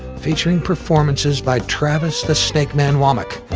featuring performances by travis the snakeman wammack,